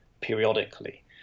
periodically